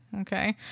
okay